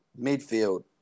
Midfield